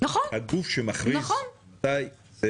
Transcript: הגוף שמכריז מתי זה